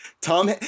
Tom